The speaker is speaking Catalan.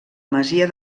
masia